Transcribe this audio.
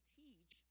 teach